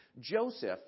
Joseph